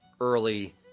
early